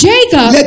Jacob